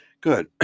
good